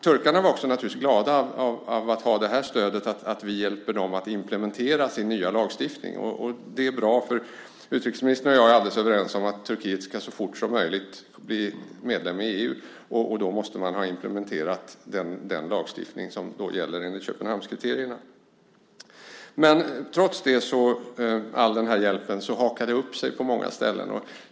Turkarna var naturligtvis också glada att ha detta stöd, att vi hjälpte dem att implementera sin nya lagstiftning. Det är bra. Utrikesministern och jag är alldeles överens om att Turkiet så fort som möjligt ska bli medlem i EU, och då måste man ha implementerat den lagstiftning som gäller enligt Köpenhamnskriterierna. Trots all denna hjälp hakar det dock upp sig på många ställen.